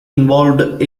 involved